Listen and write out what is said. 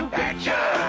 picture